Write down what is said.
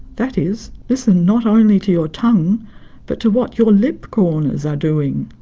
that is listen not only to your tongue but to what your lip corners are doing.